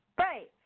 Right